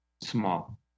Small